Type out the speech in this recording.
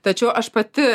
tačiau aš pati